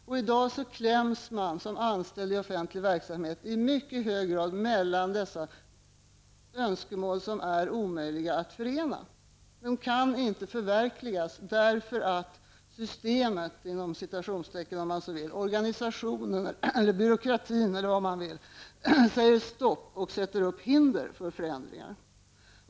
I dag kläms de anställda inom den offentliga verksamheten i mycket hög grad mellan dessa önskemål som är omöjliga att förena. De kan inte förverkligas därför att ''systemet'', organisationen eller byråkratin, vad man nu vill kalla det, sätter stopp och sätter upp hinder för förändringar.